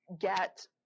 get